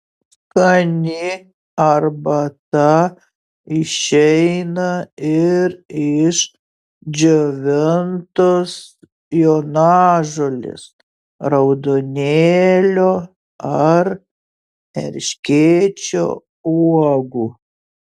skani arbata išeina ir iš džiovintos jonažolės raudonėlio ar erškėčio uogų